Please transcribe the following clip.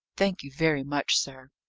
thank you very much, sir.